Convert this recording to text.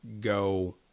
go